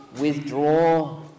withdraw